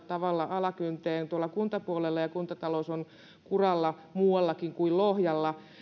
tavalla alakynteen tuolla kuntapuolella ja kuntatalous on kuralla muuallakin kuin lohjalla